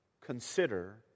Consider